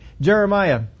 Jeremiah